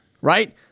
Right